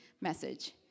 message